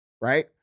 right